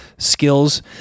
Skills